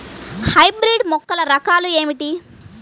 Hybrid మొక్కల రకాలు ఏమిటీ?